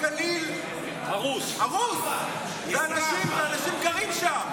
הגליל הרוס ואנשים גרים שם.